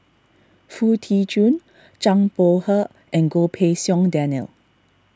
Foo Tee Jun Zhang Bohe and Goh Pei Siong Daniel